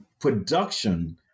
production